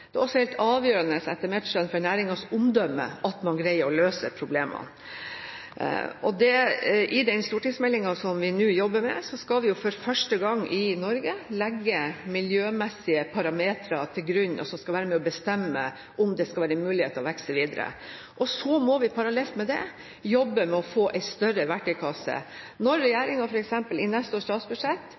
omdømme at man greier å løse problemene. I den stortingsmeldingen som vi nå jobber med, skal vi for første gang i Norge legge miljømessige parametere til grunn som skal være med og bestemme om det skal være mulig å vokse videre. Så må vi parallelt med det jobbe med å få en større verktøykasse. Regjeringen fyller f.eks. i neste års statsbudsjett